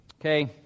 Okay